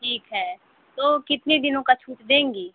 ठीक है तो कितने दिनों का छुट देंगी